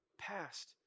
past